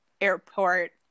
airport